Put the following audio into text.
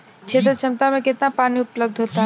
क्षेत्र क्षमता में केतना पानी उपलब्ध होला?